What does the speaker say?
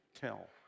tell